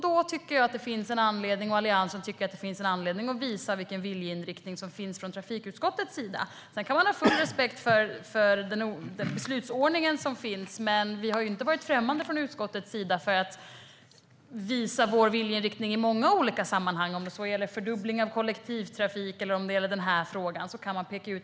Då tycker jag och Alliansen att det finns en anledning att visa vilken som är trafikutskottets viljeinriktning. Sedan kan man ha full respekt för den beslutsordning som finns, men från utskottets sida har vi inte varit främmande för att visa vår viljeinriktning i många olika sammanhang, om det så gäller fördubbling av kollektivtrafik eller den här frågan.